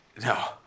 No